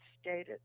stated